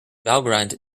valgrind